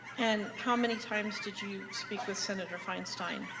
and how many times did you speak with senator feinstein?